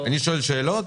אני שואל שאלות,